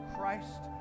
Christ